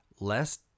less